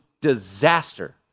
disaster